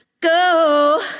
Go